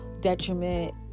detriment